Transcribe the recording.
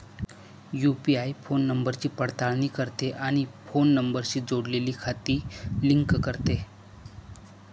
UPI phone नंबरची पडताळणी करते आणि फोन नंबरशी जोडलेली खाती लिंक करते